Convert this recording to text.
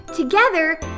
Together